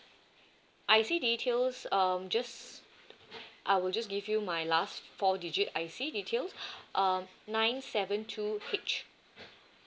I see details um just I will just give you my last four digit I_C details um nine seven two H